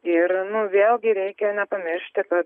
ir nu vėlgi reikia nepamiršti kad